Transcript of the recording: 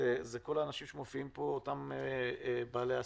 אלה כל האנשים שמופיעים פה, אותם בעלי עסקים.